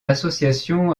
association